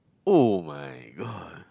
oh-my-god